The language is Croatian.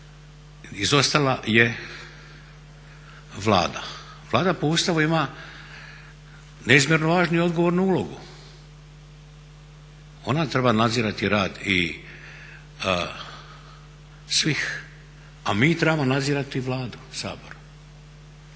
izostala je Vlada. Vlada po Ustavu ima neizmjerno važniju i odgovornu ulogu, ona treba nadzirati rad i svih a mi trebamo nadzirati Vladu, Sabor.